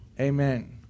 amen